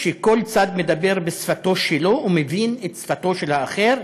כשכל צד מדבר בשפתו שלו ומבין את שפתו של האחר,